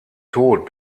tod